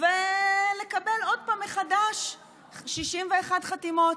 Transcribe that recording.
ולקבל עוד פעם מחדש 61 חתימות?